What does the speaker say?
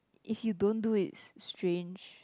if you don't do it it's strange